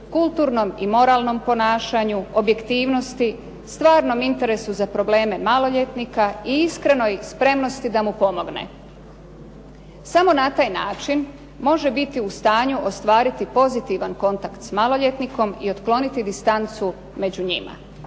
kulturnom i moralnom ponašanju, objektivnosti, stvarnom interesu za probleme maloljetnika i iskrenoj spremnosti da mu pomogne. Samo na taj način može biti u stanju ostvariti pozitivan kontakt s maloljetnikom i otkloniti distancu među njima.